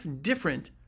different